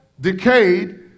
decayed